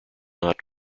not